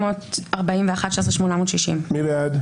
16,561 עד 16,800. מי בעד?